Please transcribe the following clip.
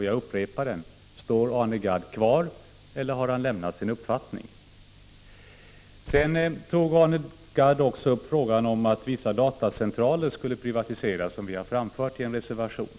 Jag upprepar den: Står Arne Gadd kvar eller har han lämnat sin uppfattning? Sedan tog Arne Gadd också upp frågan om att vissa datacentraler skulle privatiseras, som vi har framfört i en reservation.